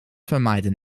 vermeiden